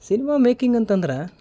cinema making ಅಂತಂದ್ರೆ